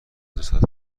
جسد